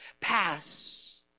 pass